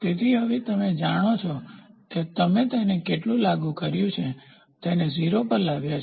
તેથી હવે તમે જાણો છો કે તમે તેને કેટલું લાગુ કર્યું છે જે તેને 0 પર લાવ્યા છે